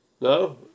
No